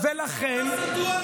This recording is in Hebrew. אני תומך ב-7א, אבל זו לא הסיטואציה.